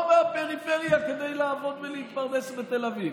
מהפריפריה כדי לעבוד ולהתפרנס בתל אביב.